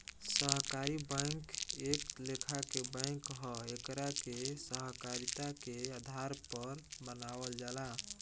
सहकारी बैंक एक लेखा के बैंक ह एकरा के सहकारिता के आधार पर बनावल जाला